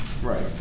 Right